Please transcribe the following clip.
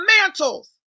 mantles